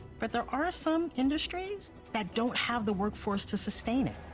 but there are some industries that don't have the workforce to sustain it,